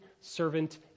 servant